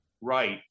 right